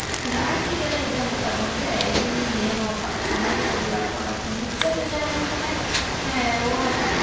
ರ್ಯಾಂಕಿಂಗೆಲ್ಲ ಇದೆ ಅಂತ ತಗೊಂಡರೆ ಇವ್ರು ಏನೋ ಅಪ್ಪ ಚೆನ್ನಾಗೇ ಕೊಟ್ಟಿಲ್ಲ ಪ್ರೋಡಕ್ಟ್ ನಂಗೆ ನಿಜ ಬೇಜಾರಾಯಿತು ಕಣೇ ಏ ಹೋಗಪ್ಪ